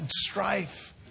strife